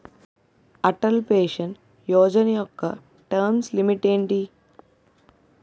Atal pension Yojana యెక్క term limit ఎంత?